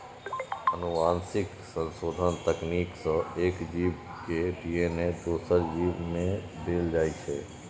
आनुवंशिक संशोधन तकनीक सं एक जीव के डी.एन.ए दोसर जीव मे देल जाइ छै